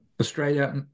Australia